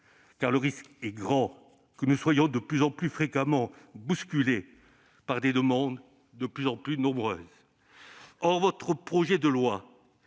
car le risque est grand que nous ne soyons de plus en plus fréquemment bousculés par des demandes de plus en plus nombreuses. Or votre projet de loi